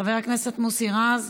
היושבת-ראש,